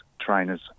trainers